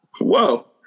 Whoa